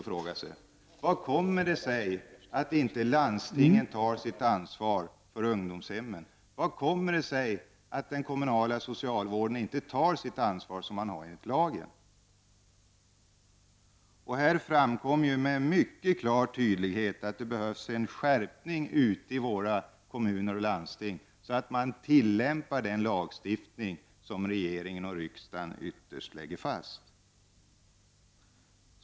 Man ville ställa frågan: Hur kommer det sig att landstingen inte tar sitt ansvar för ungdomshemmen och hur kommer det sig att den kommunala socialvården inte tar det ansvar som den har enligt lagen? Med mycket stor tydlighet framgick det att det behövs en skärpning ute i kommunerna och landstingen. Det gäller ju att tillämpa den lagstiftning som regering och riksdag ytterst lägger fast.